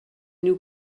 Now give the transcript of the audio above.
nous